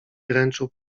dręczył